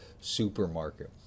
supermarket